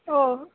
ஓ